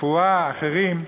רפואה ואחרים,